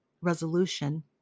resolution